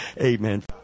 Amen